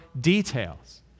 details